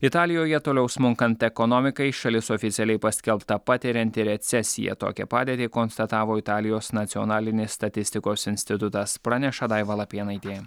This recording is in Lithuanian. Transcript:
italijoje toliau smunkant ekonomikai šalis oficialiai paskelbta patirianti recesiją tokią padėtį konstatavo italijos nacionalinės statistikos institutas praneša daiva lapėnaitė